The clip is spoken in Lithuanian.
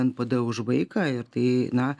npd už vaiką ir tai na